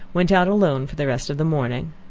went out alone for the rest of the morning.